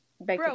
bro